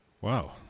Wow